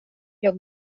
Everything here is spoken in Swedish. jag